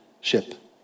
ship